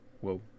Whoa